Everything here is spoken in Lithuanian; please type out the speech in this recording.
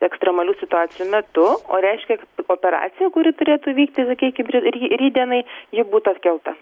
ekstremalių situacijų metu o reiškia operacija kuri turėtų įvykti sakykim ry ry rytdienai ji būtų atkelta